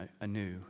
anew